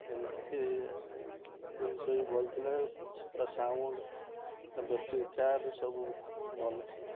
ଏମିତି ଜିନିଷ ବି ଭଲ ଥିଲା ତା ସାଉଣ୍ଡ ତା ବ୍ୟାଟେରୀ ଚାର୍ଜ ସବୁ ଭଲ ଥିଲା